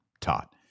taught